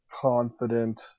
confident